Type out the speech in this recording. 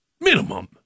minimum